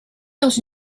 dans